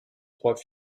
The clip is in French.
trois